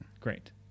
Great